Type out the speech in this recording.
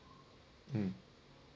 mm